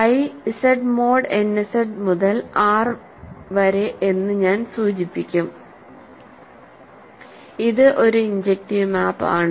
phi Z mod n Z മുതൽ R വരെ എന്ന് ഞാൻ സൂചിപ്പിക്കും ഇതൊരു ഇൻജെക്റ്റീവ് മാപ്പ് ആണ്